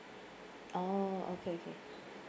oh okay okay